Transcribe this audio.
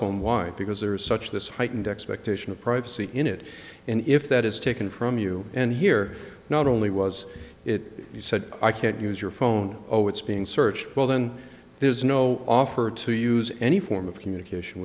phone why because there is such this heightened expectation of privacy in it and if that is taken from you and here not only was it he said i can't use your phone oh it's being searched well then there's no offer to use any form of communication